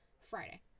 Friday